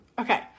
Okay